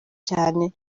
cyane